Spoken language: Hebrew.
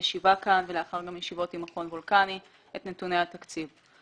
הישיבה כאן וגם לאחר ישיבות עם מכון וולקני - את נתוני התקציב.